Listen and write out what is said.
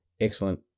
excellent